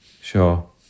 Sure